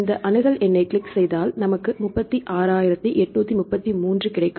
இந்த அணுகல் எண்ணை கிளிக் செய்தால் நமக்கு 36833 கிடைக்கும்